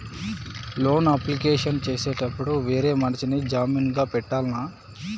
Loan application చేసేటప్పుడు వేరే మనిషిని జామీన్ గా పెట్టాల్నా?